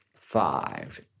five